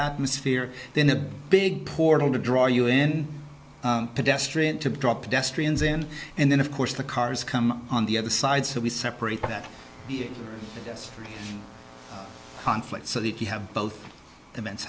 atmosphere in a big poor old to draw you in pedestrian to drop in and then of course the cars come on the other side so we separate that conflict so that you have both events